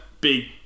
big